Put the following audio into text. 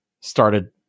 started